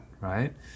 right